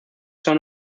son